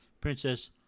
Princess